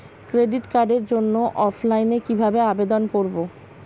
Credit কার্ডের জন্য অফলাইনে কিভাবে আবেদন করব?